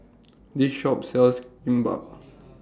This Shop sells Kimbap